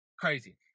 Crazy